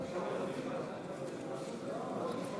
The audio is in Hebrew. אני מבקש להקריא את תוצאות ההצבעה על הצעת